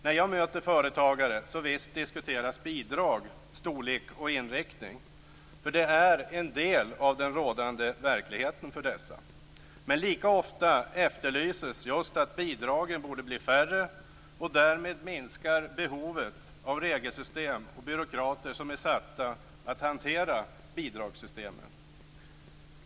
När jag möter företagare, så visst diskuteras bidrag, storlek och inriktning, för det är en del av den rådande verkligheten för dessa. Men lika ofta efterlyses just att bidragen borde bli färre. Därmed minskar behovet av regelsystem och byråkrater som är satta att hantera bidragssystemen.